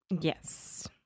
yes